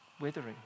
withering